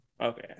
Okay